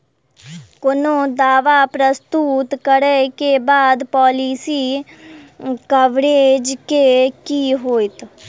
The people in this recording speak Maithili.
कोनो दावा प्रस्तुत करै केँ बाद पॉलिसी कवरेज केँ की होइत?